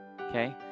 okay